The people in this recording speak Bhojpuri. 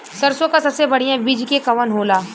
सरसों क सबसे बढ़िया बिज के कवन होला?